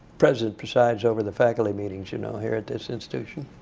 president presides over the faculty meetings, you know, here at this institution.